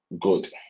good